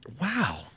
wow